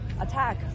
attack